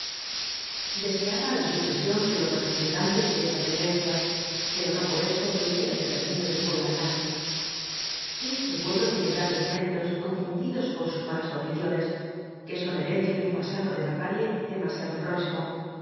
deseaba la supresión de los representantes de esta tendencia pero no por esto pedía el exterminio del pueblo alemán ese pueblo tiene grandes méritos confundidos con malas condiciones que son herencia de un pasado de barbarie demasiado próximo